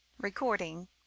Recording